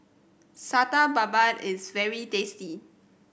Satay Babat is very tasty